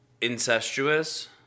incestuous